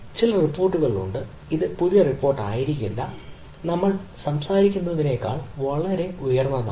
ചില റിപ്പോർട്ടുകൾ ഉണ്ട് ഇത് ഏറ്റവും പുതിയ റിപ്പോർട്ട് ആയിരിക്കില്ല ഇത് നമ്മൾ സംസാരിക്കുന്നതിനേക്കാൾ വളരെ ഉയർന്നതാണ്